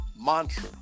mantra